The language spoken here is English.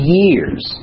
years